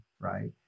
right